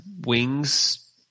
wings